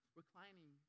reclining